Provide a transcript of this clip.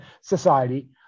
society